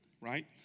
right